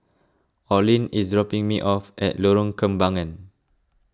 Orlin is dropping me off at Lorong Kembangan